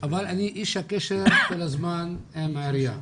אבל אני איש הקשר כל הזמן עם העירייה.